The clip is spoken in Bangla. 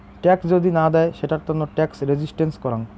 ট্যাক্স যদি না দেয় সেটার তন্ন ট্যাক্স রেসিস্টেন্স করাং